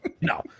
No